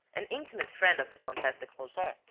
an intimate friend of the comtesse de crozon,